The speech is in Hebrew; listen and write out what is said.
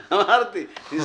אם הייתי יודע שהרשימה הזאת